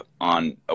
on